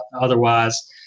otherwise